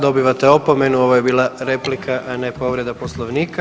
Dobivate opomenu, ovo je bila replika, a ne povreda Poslovnika.